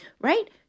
right